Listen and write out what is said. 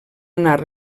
anar